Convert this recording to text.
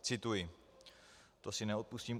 Cituji, to si neodpustím: